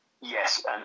Yes